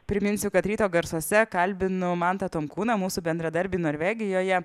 priminsiu kad ryto garsuose kalbinu mantą tonkūną mūsų bendradarbį norvegijoje